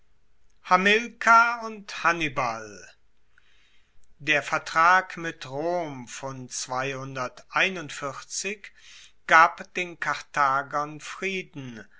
hamilkar und hannibal der vertrag mit rom von gab den karthagern frieden